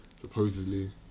supposedly